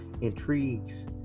intrigues